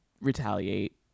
retaliate